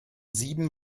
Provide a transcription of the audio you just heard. sieben